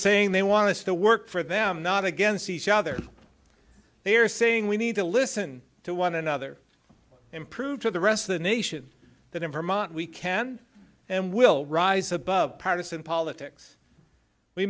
saying they want us to work for them not against each other they're saying we need to listen to one another and prove to the rest of the nation that in vermont we can and will rise above partisan politics we